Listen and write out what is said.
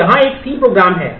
तो यहाँ एक C program है